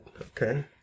Okay